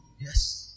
Yes